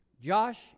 Josh